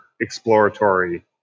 exploratory